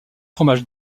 fromage